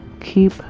Keep